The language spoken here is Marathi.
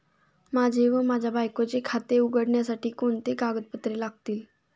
माझे व माझ्या बायकोचे खाते उघडण्यासाठी कोणती कागदपत्रे लागतील?